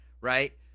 right